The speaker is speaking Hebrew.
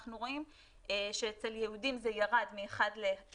אנחנו רואים שאצל יהודים זה ירד מ-1.1,